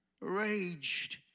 raged